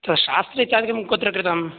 शास्त्रि इत्यादिकं कुत्र कृतं